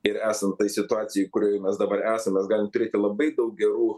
ir esant situacijai kurioj mes dabar esam mes galim turėti labai daug gerų